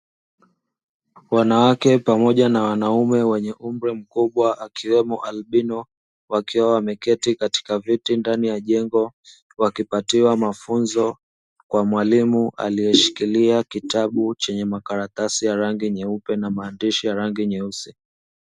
Wanawake pamoja na wanaume wenye umri mkubwa akiwemo albino wakiwa wameketi katika viti ndani ya jengo wakipatiwa mafunzo kwa mwalimu aliyeshikilia kitabu chenye makaratasi ya rangi nyeupe na maandishi ya rangi nyeusi.